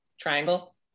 triangle